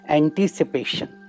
anticipation